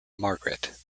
margaret